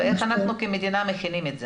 איך אנחנו כמדינה מכינים את זה?